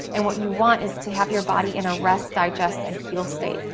and what you want is to have your body in a rest, digest, and heal state.